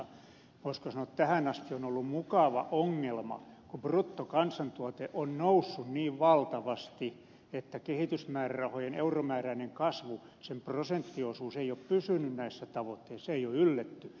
voisiko sanoa että tähän asti on ollut mukava ongelma kun bruttokansantuote on noussut niin valtavasti että kehitysyhteistyömäärärahojen euromääräinen kasvu sen prosenttiosuus ei ole pysynyt näissä tavoitteissa ei ole ylletty